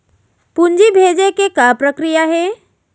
पूंजी भेजे के का प्रक्रिया हे?